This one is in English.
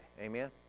Amen